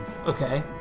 Okay